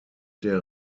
der